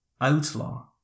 outlaw